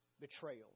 betrayal